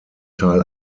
teil